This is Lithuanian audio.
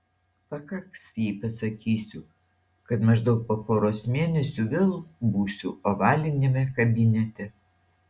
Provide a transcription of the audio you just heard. pakaks jei pasakysiu kad maždaug po poros mėnesių vėl būsiu ovaliniame kabinete